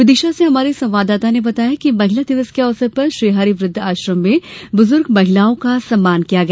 विदिशा से हमारे संवाददाता ने बताया है कि महिला दिवस के अवसर पर श्रीहरि वृद्ध आश्रम में बुजुर्ग महिलाओं का सम्मान किया गया